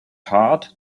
heart